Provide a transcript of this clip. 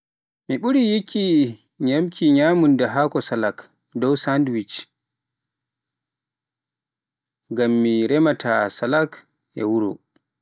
mi ɓuri yikki nyamunda haako Salak dow sandwich, ngam min remaata salak am e wuro.